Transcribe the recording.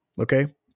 Okay